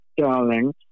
darling